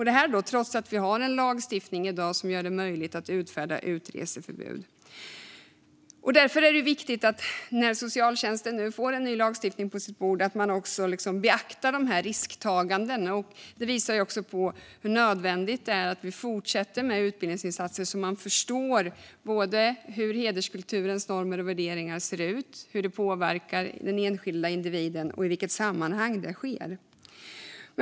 Detta sker trots att vi i dag har en lagstiftning som gör det möjligt att utfärda utreseförbud. När socialtjänsten nu får en ny lagstiftning på sitt bord är det därför viktigt att dessa risktaganden beaktas. Det visar också hur nödvändigt det är att vi fortsätter med utbildningsinsatser, så att man förstår hur hederskulturens normer och värderingar ser ut, hur de påverkar den enskilda individen och i vilket sammanhang detta sker.